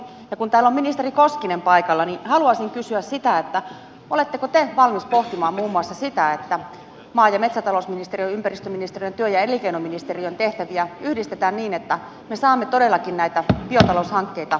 ja kun täällä on ministeri koskinen paikalla niin haluaisin kysyä sitä oletteko te valmis pohtimaan muun muassa sitä että maa ja metsätalousministeriön ympäristöministeriön ja työ ja elinkeinoministeriön tehtäviä yhdistetään niin että me saamme todellakin näitä biotaloushankkeita edistetyksi